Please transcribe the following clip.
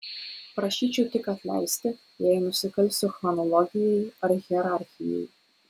prašyčiau tik atleisti jei nusikalsiu chronologijai ar hierarchijai